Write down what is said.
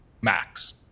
max